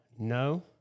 No